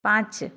पाँच